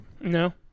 No